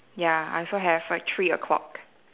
ya I also have like three o-clock